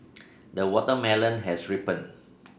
the watermelon has ripened